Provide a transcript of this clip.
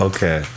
Okay